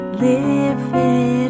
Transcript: living